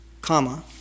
comma